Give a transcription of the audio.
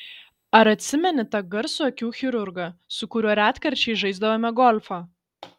ar atsimeni tą garsų akių chirurgą su kuriuo retkarčiais žaisdavome golfą